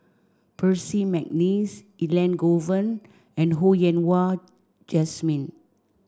Percy McNeice Elangovan and Ho Yen Wah Jesmine